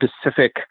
specific